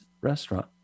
Restaurant